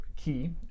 Key